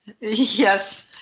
Yes